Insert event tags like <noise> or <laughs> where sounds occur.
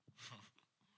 <laughs>